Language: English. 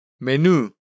Menu